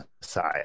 Messiah